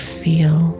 feel